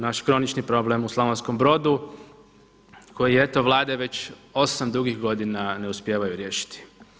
Naš kronični problem u Slavonskom Brodu koji eto Vlade već 8 dugih godina ne uspijevaju riješiti.